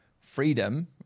freedom